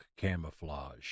Camouflage